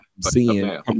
seeing